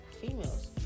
females